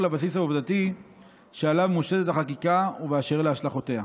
לבסיס העובדתי שעליו מושתתת החקיקה ובאשר להשלכותיה.